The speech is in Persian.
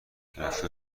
رفته